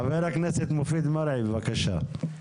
ח"כ מופיד מרעי, בבקשה.